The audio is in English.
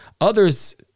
Others